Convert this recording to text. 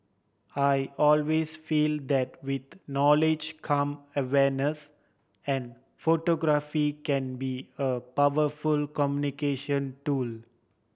I always feel that with knowledge come awareness and photography can be a powerful communication tool